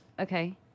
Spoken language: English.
Okay